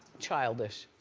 childish.